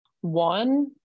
One